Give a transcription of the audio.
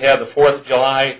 have the fourth of july